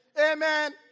Amen